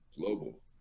global